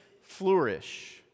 flourish